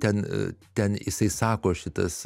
ten ten jisai sako šitas